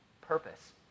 purpose